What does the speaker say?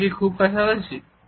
এটাকি খুব কাছাকাছি